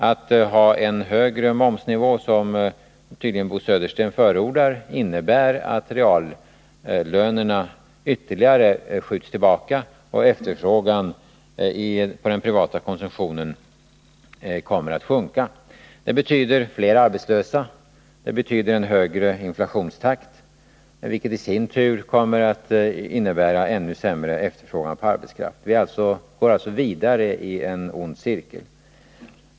Att ha en högre momsnivå, vilket tydligen Bo Södersten förordar, innebär att reallönerna ytterligare skjuts tillbaka och efterfrågan på den privata konsumtionen kommer att sjunka. Det betyder fler arbetslösa och det betyder en högre inflationstakt, vilket i sin tur kommer att innebära ännu sämre efterfrågan på arbetskraft. Vi går alltså då vidare i en ond cirkel.